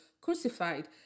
crucified